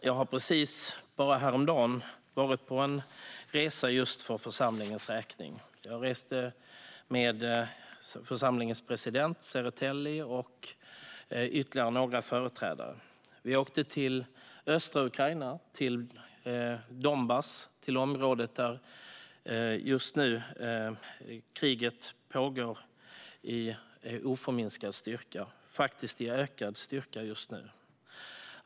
Jag har bara häromdagen varit på en resa för församlingens räkning. Jag reste med församlingens president Tsereteli och ytterligare några företrädare. Vi åkte till östra Ukraina och Donbass, området där kriget pågår med oförminskad styrka - faktiskt med ökad styrka just nu.